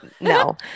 No